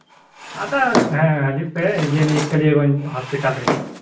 ᱟᱫᱚ ᱦᱮᱸ ᱦᱤᱡᱩᱜ ᱯᱮ ᱱᱤᱭᱟᱹ ᱠᱟᱞᱤᱭᱟᱜᱚᱸᱡᱽ ᱦᱚᱥᱯᱤᱴᱟᱞ ᱨᱮᱜᱮ